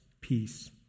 peace